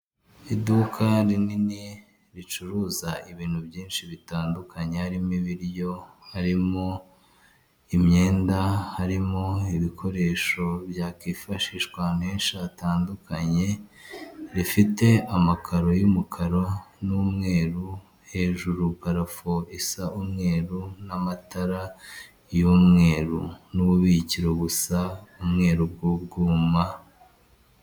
Iduka rinini ricuruza ibintu byinshi bitandukanye harimo ibiryo, harimo imyenda, harimo ibikoresho byakifashishwa, ahantu henshi hatandukanye, rifite amakaro y'umukara n'umweru, hejuru parafu isa umweru n'amatara y'umweru n'ububikiro busa umweru bw'ubwuma